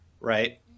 right